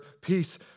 peace